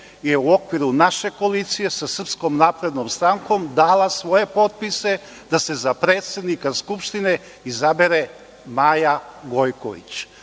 je u okviru naše koalicije sa SNS dala svoje potpise da se za predsednika Skupštine izabere Maja Gojković.